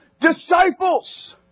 disciples